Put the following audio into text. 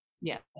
yes